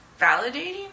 validating